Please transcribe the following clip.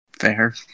Fair